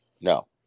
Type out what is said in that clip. No